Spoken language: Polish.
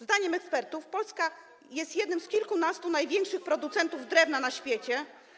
Zdaniem ekspertów Polska jest jednym z kilkunastu największych producentów drewna na świecie.